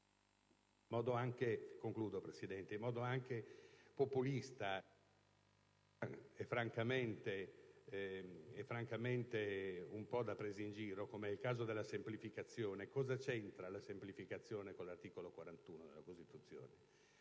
in modo anche populista e francamente un po' da presa in giro, come nel caso della semplificazione. Cosa c'entra la semplificazione con l'articolo 41 della Costituzione?